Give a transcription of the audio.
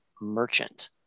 merchant